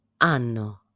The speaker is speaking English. anno